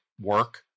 work